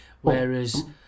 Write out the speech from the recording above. Whereas